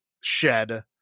shed